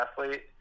athlete